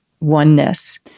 oneness